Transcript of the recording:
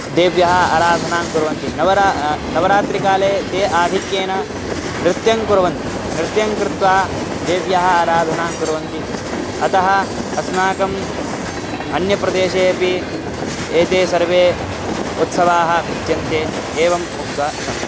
देव्याः आराधनां कुर्वन्ति नवरात्रिः नवरात्रिकाले ते आधिक्येन नृत्यं कुर्वन्ति नृत्यं कृत्वा देव्याः आराधनां कुर्वन्ति अतः अस्माकम् अन्यप्रदेशे अपि एते सर्वे उत्सवाः भिद्यन्ते एवम् उक्त्वा अहम्